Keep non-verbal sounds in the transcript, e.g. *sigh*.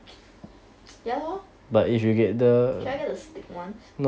*noise* ya lor should I get the stick ones